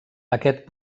aquest